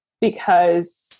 because-